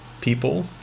people